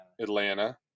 Atlanta